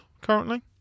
currently